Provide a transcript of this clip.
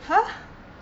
!huh!